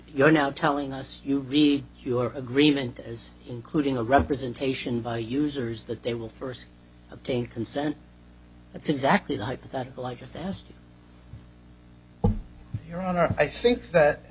you're now telling us you read your agreement as including a representation by users that they will first obtain consent that's exactly the hypothetical i just asked your honor i think that